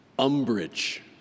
Umbrage